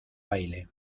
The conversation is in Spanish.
baile